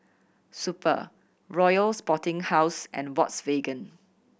Super Royal Sporting House and Volkswagen